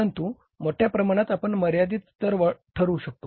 परंतु मोठ्या प्रमाणात आपण मर्यादित स्तर ठरवू शकतो